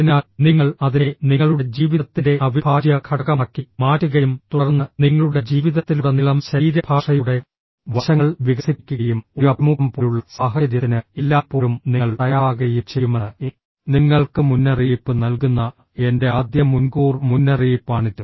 അതിനാൽ നിങ്ങൾ അതിനെ നിങ്ങളുടെ ജീവിതത്തിന്റെ അവിഭാജ്യ ഘടകമാക്കി മാറ്റുകയും തുടർന്ന് നിങ്ങളുടെ ജീവിതത്തിലുടനീളം ശരീരഭാഷയുടെ വശങ്ങൾ വികസിപ്പിക്കുകയും ഒരു അഭിമുഖം പോലുള്ള സാഹചര്യത്തിന് എല്ലായ്പ്പോഴും നിങ്ങൾ തയ്യാറാകുകയും ചെയ്യുമെന്ന് നിങ്ങൾക്ക് മുന്നറിയിപ്പ് നൽകുന്ന എന്റെ ആദ്യ മുൻകൂർ മുന്നറിയിപ്പാണിത്